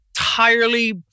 entirely